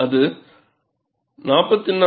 அது 44